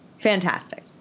Fantastic